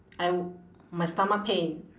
I my stomach pain